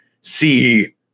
see